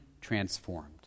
transformed